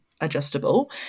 adjustable